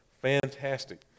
Fantastic